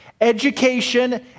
Education